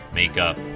makeup